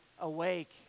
awake